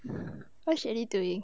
what's jelly doing